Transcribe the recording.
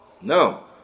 No